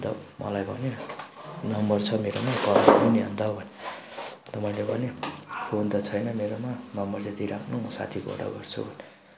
अन्त मलाई भन्यो नम्बर छ मेरोमा कल गर्नु नि अन्त भन्यो अन्त मैले भनेँ फोन त छैन मेरोमा नम्बर चाहिँ दिइराख्नु म साथीकोबाट गर्छु भनेँ